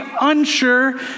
unsure